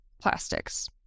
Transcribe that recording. plastics